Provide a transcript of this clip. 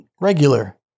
regular